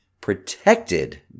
protected